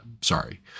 Sorry